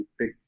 pick